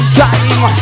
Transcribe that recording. time